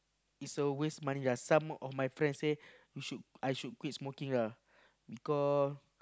is a waste money lah some of my friend say you should I should quit smoking lah because